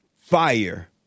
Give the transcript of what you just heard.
fire